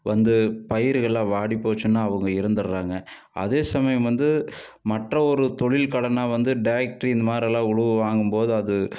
வந்து பயிர்கள் எல்லாம் வாடி போச்சுன்னா அவங்க இறந்துடுறாங்க அதே சமயம் வந்து மற்ற ஒரு தொழில் கடனாக வந்து டிராக்டர் இந்த மாதிரி எல்லாம் உழுவ வாங்கும்போது அது